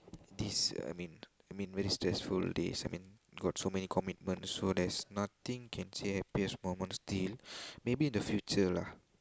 this I mean I mean very stressful days I mean got so many commitment so there's nothing can say happiest moment still maybe in the future lah